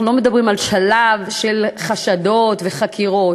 אנחנו לא מדברים על שלב של חשדות וחקירות,